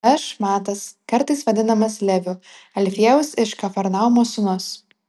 aš matas kartais vadinamas leviu alfiejaus iš kafarnaumo sūnus